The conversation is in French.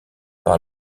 par